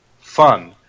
fun